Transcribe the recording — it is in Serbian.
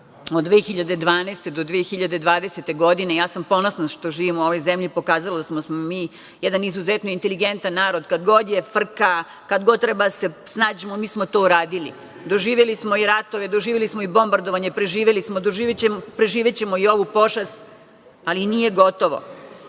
od 2012. do 2020. godine, ja sam ponosna što živim u ovoj zemlji, pokazali smo da smo mi izuzetno inteligentan narod. Kad god je frka, kad god treba da se snađemo mi smo to uradili. Doživeli smo ratove, doživeli smo bombardovanje, preživeli smo, preživećemo i ovu pošast, ali nije gotovo. Drago